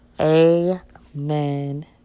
Amen